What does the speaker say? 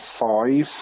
five